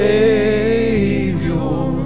Savior